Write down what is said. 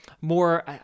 more